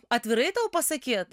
atvirai tau pasakyt